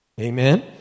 Amen